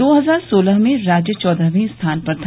दो हजार सोलह में राज्य चौदहवें स्थान पर था